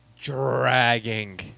dragging